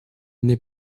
n’est